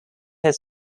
his